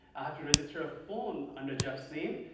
i have to register a phone under jeff's name.